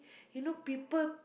you know people